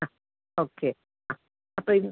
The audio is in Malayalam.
ആ ഓക്കെ ആ അപ്പോൾ ഇത്